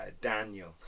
Daniel